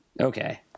okay